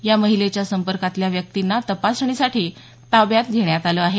या महिलेच्या संपर्कातल्या व्यक्तींना तपासणीसाठी ताब्यात घेण्यात येत आहे